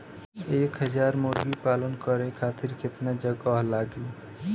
एक हज़ार मुर्गी पालन करे खातिर केतना जगह लागी?